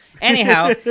Anyhow